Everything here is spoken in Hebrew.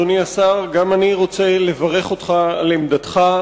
אדוני השר, גם אני רוצה לברך אותך על עמדתך.